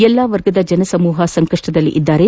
ಎಲ್ಲಾ ವರ್ಗದ ಜನಸಮೂಹ ಸಂಕಷ್ಷದಲ್ಲಿದ್ದು